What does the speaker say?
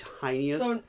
tiniest